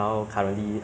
然后你呢